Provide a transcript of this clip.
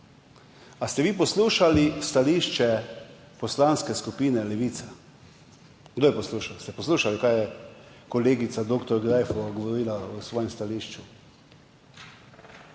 Ali ste vi poslušali stališče Poslanske skupine Levica? Kdo je poslušal? Ste poslušali, kaj je kolegica dr. Greif govorila v svojem stališču?